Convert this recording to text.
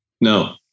No